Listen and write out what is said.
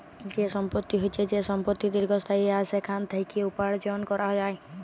যে সম্পত্তি হচ্যে যে সম্পত্তি দীর্ঘস্থায়ী আর সেখাল থেক্যে উপার্জন ক্যরা যায়